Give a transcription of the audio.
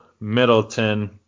Middleton